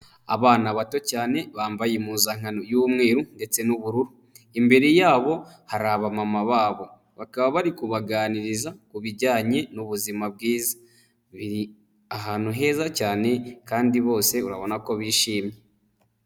Abana bato cyane bambaye impuzankano y'umweru ndetse n'ubururu imbere yabo hari aba mama babo, bakaba bari kubaganiriza ku bijyanye n'ubuzima bwiza biri ahantu heza cyane kandi bose urabona ko bishimye.